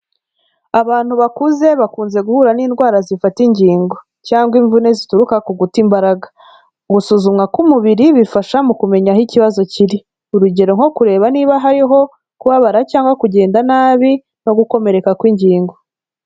Abantu bakuze bakunze guhura n'indwara zifata ingingo cyangwa imvune zituruka ku guta imbaraga, gusuzumwa k'umubiri bifasha mu kumenya aho ikibazo kiri, urugero nko kureba niba hariho kubabara cyangwa kugenda nabi no gukomereka ku ingingo.